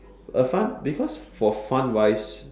a fund because for fund wise